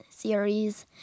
series